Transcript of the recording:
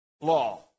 law